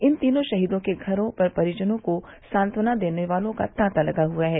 इन तीनों शहीदों के घरों पर परिजनों को सांत्वना देने वालों का तांता लगा हुआ है